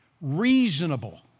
reasonable